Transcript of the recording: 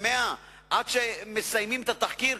עד שמסיימים את התחקיר,